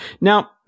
Now